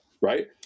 right